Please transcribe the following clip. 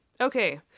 Okay